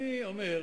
אני אומר,